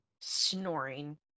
snoring